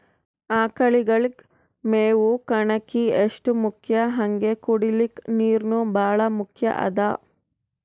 ಆಕಳಗಳಿಗ್ ಮೇವ್ ಕಣಕಿ ಎಷ್ಟ್ ಮುಖ್ಯ ಹಂಗೆ ಕುಡ್ಲಿಕ್ ನೀರ್ನೂ ಭಾಳ್ ಮುಖ್ಯ ಅದಾ